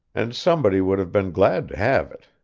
and somebody would have been glad to have it.